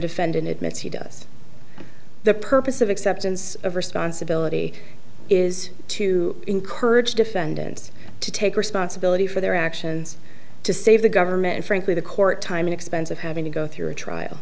defendant admits he does the purpose of acceptance of responsibility is to encourage defendants to take responsibility for their actions to save the government and frankly the court time expense of having to go through a trial